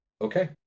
okay